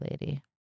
lady